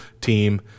team